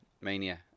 Mania